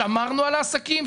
שמרנו על העסקים,